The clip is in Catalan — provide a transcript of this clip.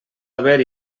haver